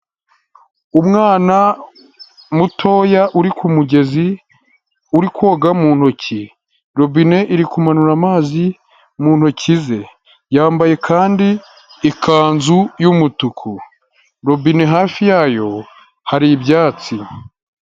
Umwana mutoya uri ku mugezi, uri koga mu ntoki, robine iri kumanura amazi mu ntoki ze, yambaye kandi ikanzu y'umutuku, robine hafi yayo hari ibyatsi.